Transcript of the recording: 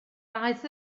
daeth